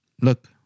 look